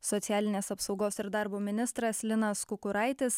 socialinės apsaugos ir darbo ministras linas kukuraitis